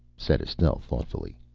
said estelle thoughtfully.